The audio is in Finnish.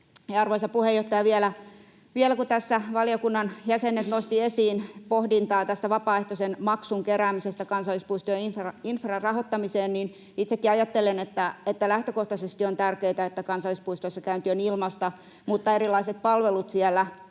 Arvoisa puheenjohtaja! Vielä kun tässä valiokunnan jäsenet nostivat esiin pohdintaa tästä vapaaehtoisen maksun keräämisestä kansallispuistojen infran rahoittamiseen, niin itsekin ajattelen, että lähtökohtaisesti on tärkeätä, että kansallispuistoissa käynti on ilmaista, mutta erilaiset palvelut siellä